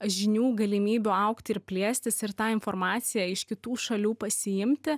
žinių galimybių augti ir plėstis ir tą informaciją iš kitų šalių pasiimti